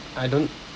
I don't